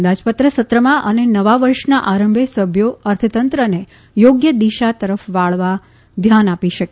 અંદાજપત્રસત્રમાં અને નવા વર્ષનાં આરંભે સભ્યો અર્થતંત્રને યોગ્ય દિશા તરફ વાળવા ધ્યાન આપી શકે